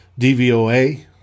DVOA